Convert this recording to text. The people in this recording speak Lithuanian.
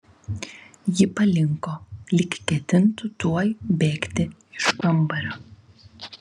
ji palinko lyg ketintų tuoj bėgti iš kambario